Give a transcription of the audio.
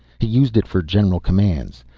he used it for general commands.